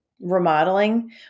remodeling